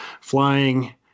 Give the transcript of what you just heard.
flying